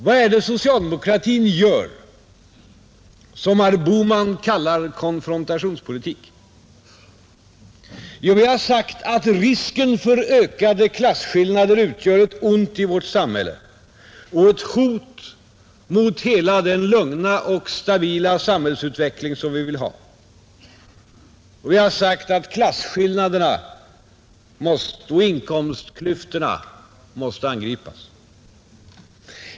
Vad är det socialdemokratin gör som herr Bohman kallar konfrontationspolitik? Jo, vi har sagt att risken för ökade klasskillnader utgör ett ont i vårt samhälle och ett hot mot hela den lugna och stabila samhällsutveckling som vi vill ha, och vi har sagt att klasskillnaderna och inkomstklyftorna måste angripas.